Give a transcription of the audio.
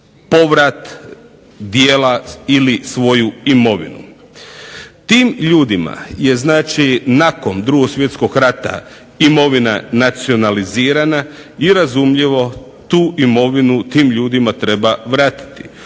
povrat dijela ili svoju imovinu. Tim ljudima je znači nakon 2. svjetskog rata imovina nacionalizirana i razumljivo tu imovinu tim ljudima treba vratiti.